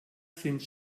sind